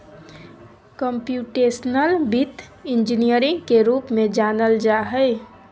computational वित्त engineering के रूप में जानल जा हइ